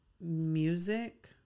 music